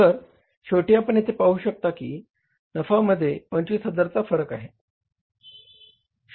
तर शेवटी आपण येथे पाहू शकता नफ्यामध्ये 25000 चा फरक आहे